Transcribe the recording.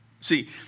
See